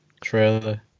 trailer